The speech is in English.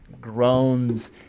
groans